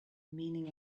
meaning